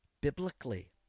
Biblically